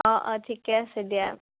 অঁ অঁ ঠিকে আছে দিয়া